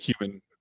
Human